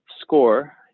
score